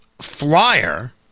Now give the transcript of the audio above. flyer